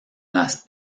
las